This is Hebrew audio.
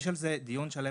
יש על זה דיון שלם